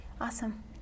awesome